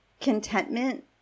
contentment